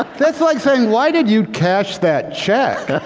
that's like saying, why did you cash that check?